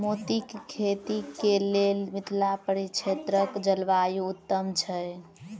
मोतीक खेती केँ लेल मिथिला परिक्षेत्रक जलवायु उत्तम छै?